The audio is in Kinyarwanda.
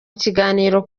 kiganiro